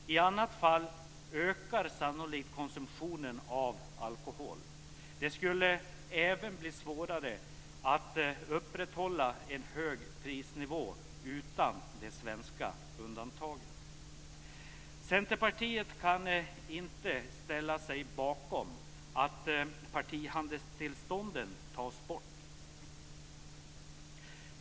I annat fall ökar sannolikt konsumtionen av alkohol. Det skulle även bli svårare att upprätthålla en hög prisnivå utan det svenska undantaget. Centerpartiet kan inte ställa sig bakom att partihandelstillstånden tas bort.